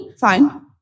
Fine